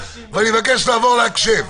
ואני מבקש לעבור להקשב.